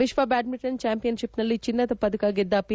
ವಿಶ್ವ ಬ್ಯಾಡ್ಮಿಂಟನ್ ಚಾಂಪಿಯನ್ಷಿಪ್ನಲ್ಲಿ ಚಿನ್ನದ ಪದಕ ಗೆದ್ದ ಪಿ